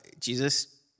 Jesus